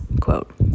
quote